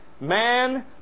Man